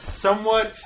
somewhat